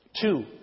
Two